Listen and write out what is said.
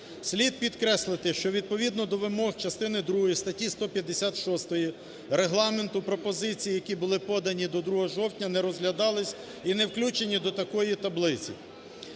Слід підкреслити, що відповідно до вимог частини другої статті 156 Регламенту пропозиції, які були подані до 2 жовтня не розглядались і не включені до такої таблиці.